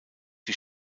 die